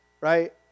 Right